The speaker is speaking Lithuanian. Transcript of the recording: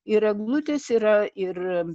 ir eglutės yra ir